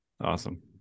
Awesome